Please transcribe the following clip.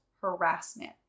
harassment